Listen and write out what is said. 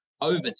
over